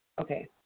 Okay